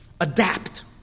adapt